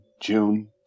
June